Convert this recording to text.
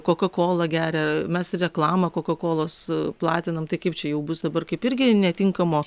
kokakolą geria mes reklamą kokakolos platinam tai kaip čia jau bus dabar kaip irgi netinkamo